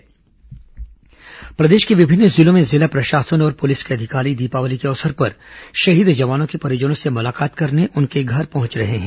शहीद जवान परिजन मुलाकात प्रदेश के विभिन्न जिलों में जिला प्रशासन और पुलिस के अधिकारी दीपावली के अवसर पर शहीद जवानों के परिजनों से मुलाकात करने उनके घर पहुंच रहे हैं